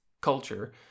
culture